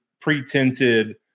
pre-tinted